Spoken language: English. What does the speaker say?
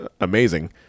amazing